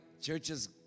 churches